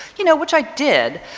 you know, which i did.